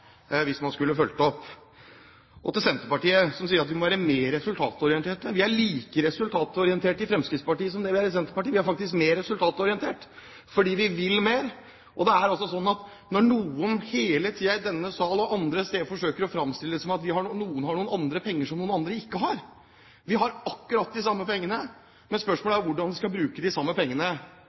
hvis man skulle ha fulgt det opp. Så til Senterpartiet, som sier at vi må være mer resultatorientert: Vi er like resultatorientert i Fremskrittspartiet som det de er i Senterpartiet. Vi er faktisk mer resultatorientert, fordi vi vil mer. Noen forsøker hele tiden i denne salen og andre steder å fremstille det som at noen har noen penger som andre ikke har. Vi har akkurat de samme pengene, men spørsmålet er hvordan vi skal bruke de samme pengene.